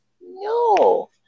No